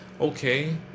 Okay